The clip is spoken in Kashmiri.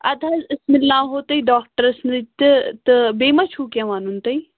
اَدٕ حظ أسۍ مِلاوَو تُہۍ ڈاکٹَرَس سۭتۍ تہِ تہٕ بیٚیہِ ما چھُو کیٚنہہ وَنُن توہہِ